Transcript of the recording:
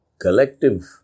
collective